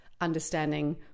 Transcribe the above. understanding